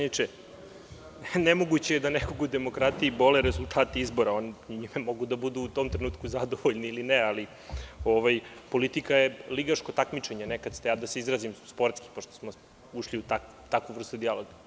Nemoguće je da nekoga u demokratiji bole rezultati izbora, oni mogu da budu u tom trenutku zadovoljni ili ne, ali politika je ligaško takmičenje, da se ja izrazim sportski, pošto smo ušli u takvu vrstu dijaloga.